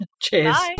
Cheers